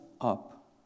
up